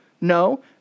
No